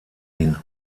ihn